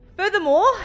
Furthermore